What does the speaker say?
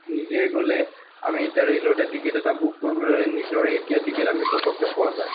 নিজেই গ'লে আমি এতিয়া ৰে'লতে টিকেট এটা বুক কৰিবলৈ হ'লে নিজৰ এতিয়া টিকেট আমি পটককৈ পোৱা যায়